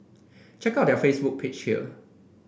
check out their Facebook page here